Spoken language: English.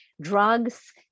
drugs